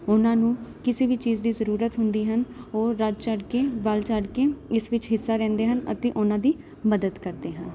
ਉਹਨਾਂ ਨੂੰ ਕਿਸੇ ਵੀ ਚੀਜ਼ ਦੀ ਜ਼ਰੂਰਤ ਹੁੰਦੀ ਹਨ ਉਹ ਰੱਜ ਚੜ੍ਹ ਕੇ ਵੱਧ ਚੜ੍ਹ ਕੇ ਇਸ ਵਿੱਚ ਹਿੱਸਾ ਲੈਂਦੇ ਹਨ ਅਤੇ ਉਹਨਾਂ ਦੀ ਮਦਦ ਕਰਦੇ ਹਨ